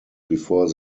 before